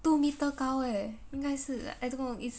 two meter 高 eh 应该是 I don't know it's